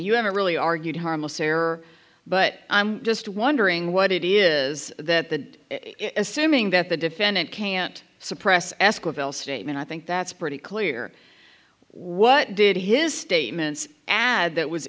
you haven't really argued harmless error but i'm just wondering what it is that the assuming that the defendant can't suppress asco bell statement i think that's pretty clear what did his statements add that was